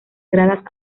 gradas